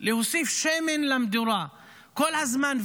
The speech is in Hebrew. להוסיף שמן למדורה כל הזמן,